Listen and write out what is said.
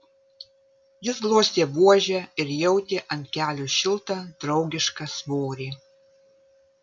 jis glostė buožę ir jautė ant kelių šiltą draugišką svorį